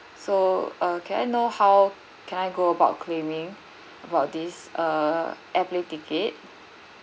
so uh can I know how can I go about claiming about this uh airplane ticket